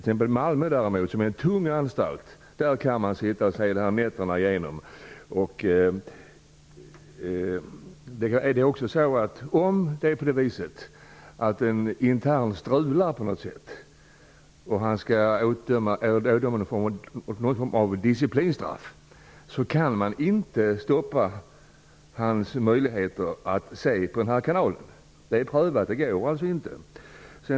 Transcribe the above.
Men på Malmöanstalten, som är en tung anstalt, kan man sitta och titta på TV 1000 nätterna igenom. Om en intern strular på något sätt och det skall utdömas någon form av disciplinstraff kan man inte stoppa hans möjligheter att se på denna kanal. Det är prövat. Det går inte.